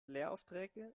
lehraufträge